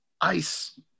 ice